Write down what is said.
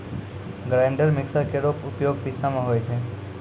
grinder mixer केरो उपयोग पिसै म होय छै